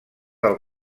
del